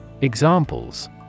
Examples